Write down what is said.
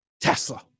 Tesla